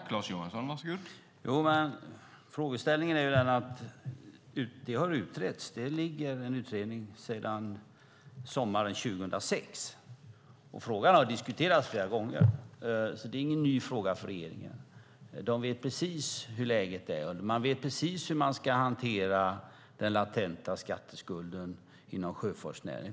Herr talman! Jo, men saken är den att det har utretts. Det ligger en utredning sedan sommaren 2006. Frågan har diskuterats flera gånger. Det är ingen ny fråga för regeringen. Man vet precis hur läget är, och man vet precis hur man ska hantera den latenta skatteskulden inom sjöfartsnäringen.